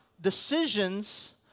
decisions